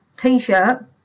T-shirt